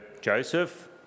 Joseph